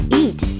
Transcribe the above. eat